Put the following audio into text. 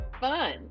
fun